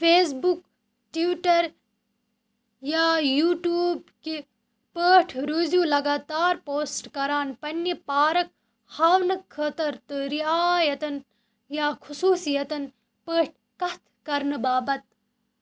face book Twitter یا YouTube كہِ پٲٹھۍ روٗزِو لگاتار پوسٹ كران پنٛنہِ پارک ہاونہٕ خٲطرٕ تہٕ رعایتن یا خصوٗصِیتن پٲٹھۍ كَتھ كرنہٕ بابتھ